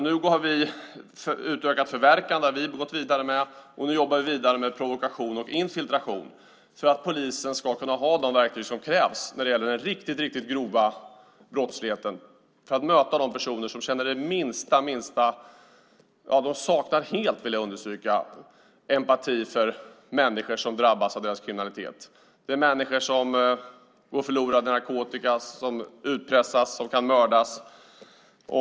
Nu har vi gått vidare med utökat förverkande, och vi jobbar vidare med provokation och infiltration för att polisen ska kunna ha de verktyg som krävs när det gäller den riktigt grova brottsligheten och möta de personer som helt saknar empati för människor som drabbas av deras kriminalitet. Det handlar om människor som går förlorade i narkotika, som utpressas, som kan mördas.